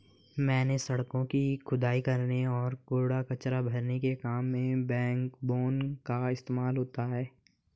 मैंने सड़कों की खुदाई करने और कूड़ा कचरा भरने के काम में बैकबोन का इस्तेमाल होते देखा है